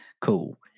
Cool